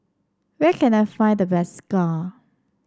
where can I find the best Acar